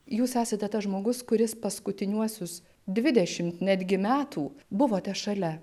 jūs esate tas žmogus kuris paskutiniuosius dvidešimt netgi metų buvote šalia